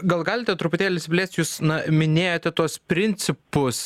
gal galite truputėlį išsiplėst jūs na minėjote tuos principus